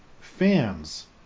fans